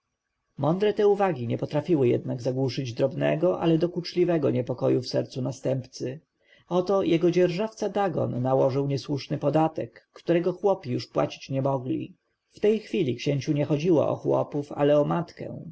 mądre te uwagi nie potrafiły jednak zagłuszyć drobnego ale dokuczliwego niepokoju w sercu następcy oto jego dzierżawca dagon nałożył niesłuszny podatek którego chłopi już płacić nie mogli w tej chwili księciu nie chodziło o chłopów ale o matkę